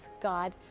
God